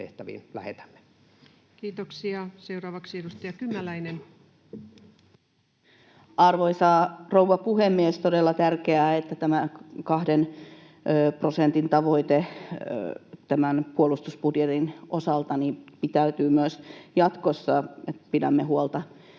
kv-tehtäviin lähetämme. Kiitoksia. — Seuraavaksi edustaja Kymäläinen. Arvoisa rouva puhemies! On todella tärkeää, että tämä kahden prosentin tavoite tämän puolustusbudjetin osalta pitää myös jatkossa ja pidämme huolta,